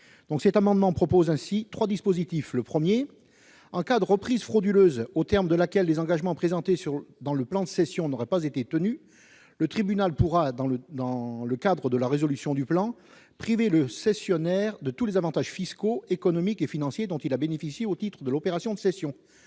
Cet amendement a trois objets. Tout d'abord, en cas de reprise frauduleuse au terme de laquelle les engagements présentés dans le plan de cession n'auraient pas été tenus, le tribunal pourra, dans le cadre de la résolution du plan, priver le cessionnaire de tous les avantages fiscaux, économiques et financiers dont il a bénéficié au titre de l'opération de cession.